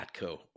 Atco